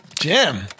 Jim